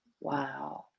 Wow